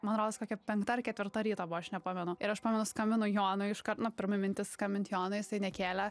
man rodos kokia penkta ar ketvirta ryto buvo aš nepamenu ir aš pamenu skambinu jonui iškart na pirma mintis skambint jonui jisai nekėlė